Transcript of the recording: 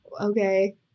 Okay